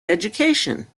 education